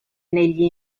negli